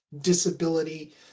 disability